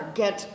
get